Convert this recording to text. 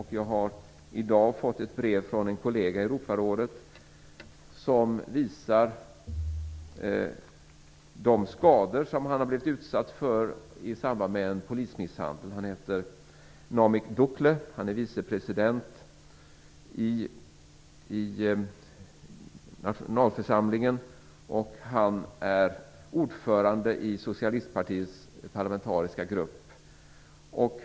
Jag har i dag fått ett brev från en kollega i Europarådet där han visar de skador han har blivit utsatt för i samband med en polismisshandel. Han heter Namik Dokle och är vicepresident i nationalförsamlingen och ordförande i socialistpartiets parlamentariska grupp.